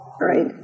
right